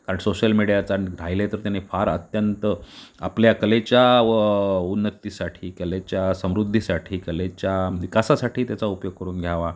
कारण सोशल मीडियाचा राहिले तर त्यांनी फार अत्यंत आपल्या कलेच्या व उन्नतीसाठी कलेच्या समृद्धीसाठी कलेच्या विकासासाठी त्याचा उपयोग करून घ्यावा